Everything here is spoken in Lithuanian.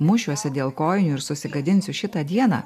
mušiuosi dėl kojinių ir susigadinsiu šitą dieną